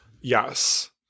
Yes